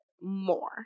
more